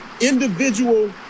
individual